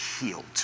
healed